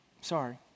Sorry